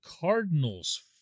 Cardinals